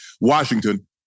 Washington